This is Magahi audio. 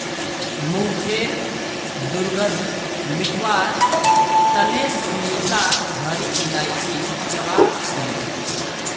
मुँहखैर दुर्गंध मिटवार तने सुनीता हरी इलायची चबा छीले